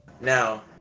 Now